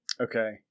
Okay